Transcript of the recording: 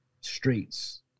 streets